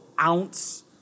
ounce